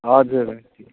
हजुर